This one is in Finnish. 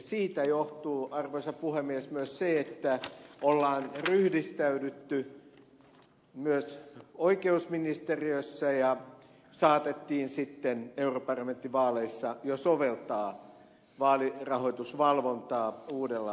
siitä johtuu arvoisa puhemies myös se että on ryhdistäydytty myös oikeusministeriössä ja saatettiin sitten europarlamenttivaaleissa jo soveltaa vaalirahoitusvalvontaa uudella tavalla